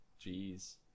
Jeez